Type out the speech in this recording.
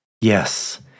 Yes